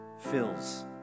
fills